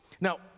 Now